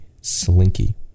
Slinky